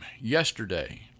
yesterday